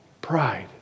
pride